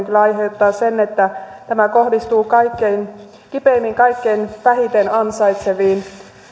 kyllä aiheuttaa sen että tämä kohdistuu kipeimmin kaikkein vähiten ansaitseviin